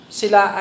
sila